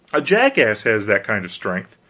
a jackass has that kind of strength,